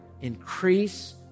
increase